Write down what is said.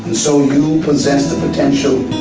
so you possess the potential